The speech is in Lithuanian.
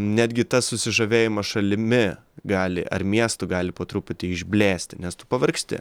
netgi tas susižavėjimas šalimi gali ar miestu gali po truputį išblėsti nes tu pavargsti